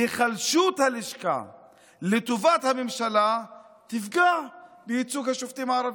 היחלשות הלשכה לטובת הממשלה תפגע בייצוג השופטים הערבים.